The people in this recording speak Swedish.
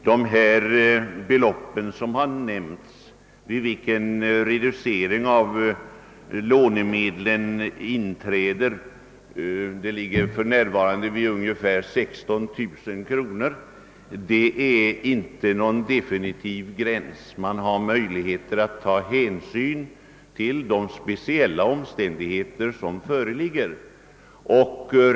De i diskussionen nämnda beloppen, vid vilka reducering av lånemedlen inträder, för närvarande ungefär 16 000 kronor, är inte någon definitiv gräns. Man har möjligheter att ta hänsyn till de speciella omständigheter som föreligger i varje särskilt fall.